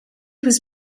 was